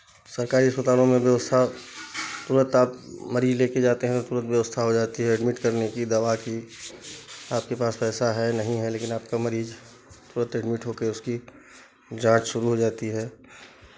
सरकारी अस्पतालों में व्यवस्था तुरंत आप मरीज़ लेके जाते हैं तुरंत व्यवस्था हो जाती है एडमिट करने की दवा की आपके पास पैसा है नहीं है लेकिन आपका मरीज़ तुरंत एडमिट होके उसकी जाँच शुरू हो जाती है